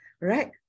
Right